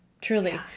truly